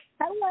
Hello